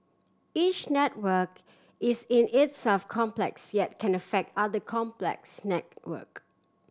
each network is in itself complex yet can affect other complex network